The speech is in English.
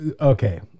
Okay